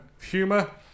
Humour